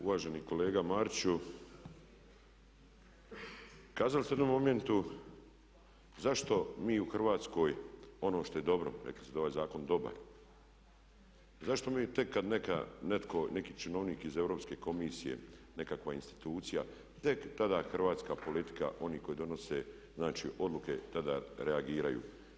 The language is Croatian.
Uvaženi kolega Mariću, kazali ste u jednom momentu zašto mi u Hrvatskoj ono što je dobro, rekli ste da je ovaj zakon dobar, zašto mi tek kada netko, neki činovnik iz Europske komisije, nekakva institucija, tek tada hrvatska politika, oni koji donose znači odluke tada reagiraju?